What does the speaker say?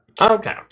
Okay